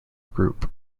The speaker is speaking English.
group